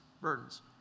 burdens